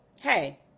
hey